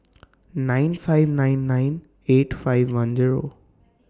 nine five nine nine eight five one Zero